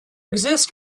exist